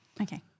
Okay